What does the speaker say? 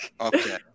Okay